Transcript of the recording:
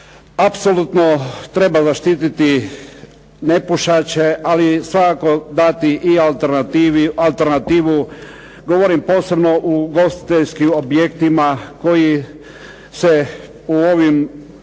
Apsolutno treba zaštiti nepušače, ali svakako dati i alternativu. Govorim posebno u ugostiteljskim objektima koji se u ovim